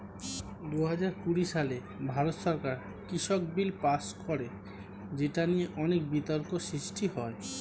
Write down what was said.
দুহাজার কুড়ি সালে ভারত সরকার কৃষক বিল পাস করে যেটা নিয়ে অনেক বিতর্ক সৃষ্টি হয়